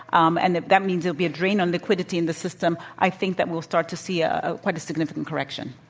um and that that means there will be a drain on liquidity in the system, i think that we'll start to see ah ah quite a significant correction.